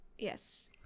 Yes